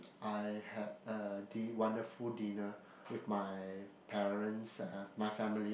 I had a di~ wonderful dinner with my parents uh my family